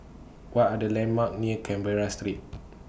What Are The landmarks near Canberra Street